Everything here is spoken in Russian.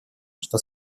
что